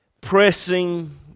pressing